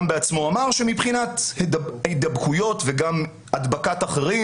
בעצמו אמר שמבחינת הידבקויות וגם הדבקת אחרים,